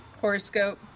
Horoscope